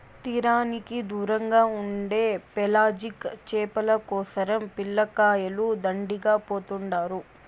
తీరానికి దూరంగా ఉండే పెలాజిక్ చేపల కోసరం పిల్లకాయలు దండిగా పోతుండారు